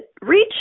reach